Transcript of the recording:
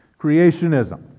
creationism